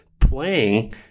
playing